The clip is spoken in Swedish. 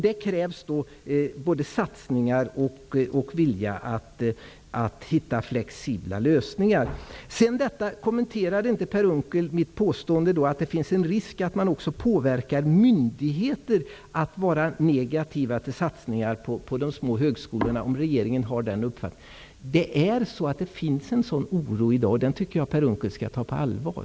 Det krävs då både satsningar och vilja att hitta flexibla lösningar. Per Unckel kommenterade inte mitt påstående att det finns en risk för att man påverkar myndigheter att vara negativa till satsningar på de små högskolorna, om regeringen har den här uppfattningen. Det finns en sådan oro i dag, och jag tycker att Per Unckel skall ta den på allvar.